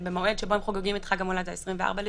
כשהמועד שבו הם חוגגים את חג המולד הוא ה-24 לדצמבר.